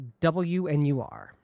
WNUR